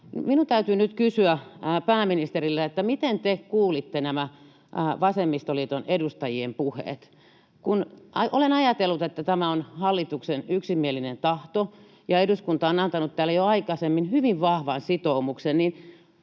Minun täytyy nyt kysyä pääministeriltä, että miten te kuulitte nämä vasemmistoliiton edustajien puheet, kun olen ajatellut, että tämä on hallituksen yksimielinen tahto ja eduskunta on antanut täällä jo aikaisemmin hyvin vahvan sitoumuksen, niin